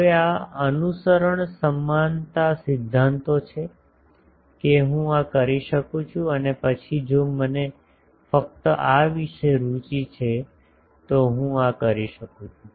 હવે આ અનુસરણ સમાનતા સિદ્ધાંતો છે કે હું આ કરી શકું છું અને પછી જો મને ફક્ત આ વિશે રુચિ છે તો હું આ કરી શકું છું